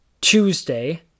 Tuesday